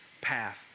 path